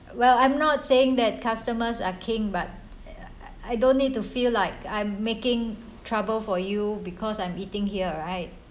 well I'm not saying that customers are king but I don't need to feel like I'm making trouble for you because I'm eating here right